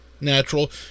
Natural